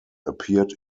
appeared